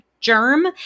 germ